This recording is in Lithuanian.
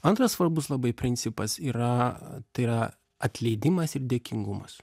antras svarbus labai principas yra tai yra atleidimas ir dėkingumas